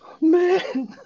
man